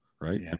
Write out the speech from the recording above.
right